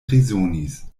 rezonis